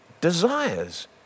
desires